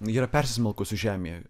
yra persismelkusi žemė